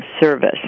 service